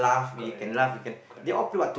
correct correct correct